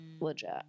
legit